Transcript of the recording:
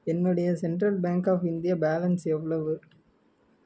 என்னுடைய central bank of India balance எவ்வளவு